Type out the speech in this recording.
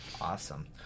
Awesome